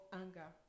anger